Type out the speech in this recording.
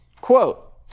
Quote